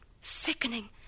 sickening